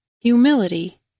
Humility